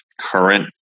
current